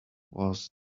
was